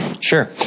Sure